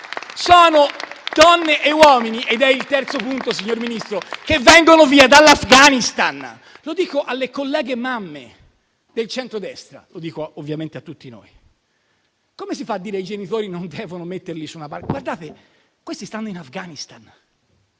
di donne e uomini - questo è il terzo punto, signor Ministro - che vengono via dall'Afghanistan. Lo dico alle colleghe mamme del centrodestra, ma lo dico ovviamente a tutti noi: come si fa a dire che i genitori non devono metterli su una barca? Guardate che in Afghanistan